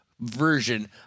version